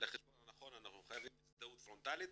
לחשבון הנכון אנחנו חייבים הזדהות פרונטלית,